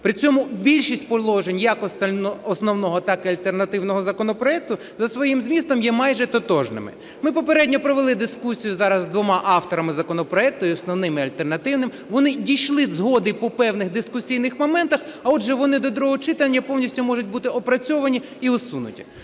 При цьому більшість положень, як основного, так і альтернативного законопроекту, за своїм змістом є майже тотожними. Ми попередньо провели дискусію зараз з двома авторами законопроектів і основним, і альтернативним. Вони дійшли згоди по певних дискусійних моментах. А отже, вони до другого читання повністю можуть бути опрацьовані і усунуті.